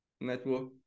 network